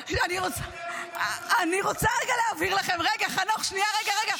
רגע, חנוך, שנייה רגע.